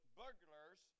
burglars